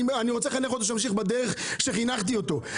אני רוצה לחנך אותו שימשיך בדרך שחינכתי אותו.